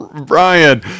Brian